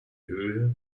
höhe